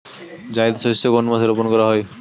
জায়িদ শস্য কোন মাসে রোপণ করা হয়?